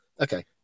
Okay